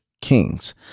kings